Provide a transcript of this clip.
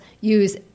use